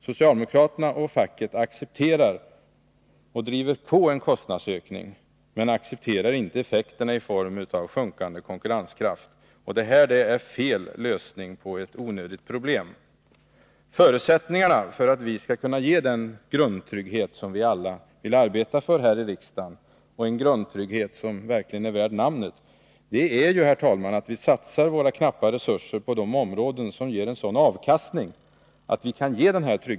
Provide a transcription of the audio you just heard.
Socialdemokraterna och facket accepterar och driver på en kostnadsökning, utan att acceptera effekterna i form av sjunkande konkurrenskraft. Det är en felaktig lösning av ett onödigt problem. Herr talman! Förutsättningarna för att vi skall kunna ge den grundtrygghet som vi alla vill arbeta för här i riksdagen, en grundtrygghet som verkligen är värd namnet, är att vi satsar våra knappa resurser på de områden som ger den avkastning som är nödvändig.